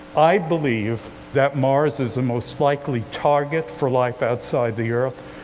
i believe that mars is the most likely target for life outside the earth.